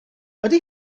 ydy